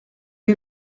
est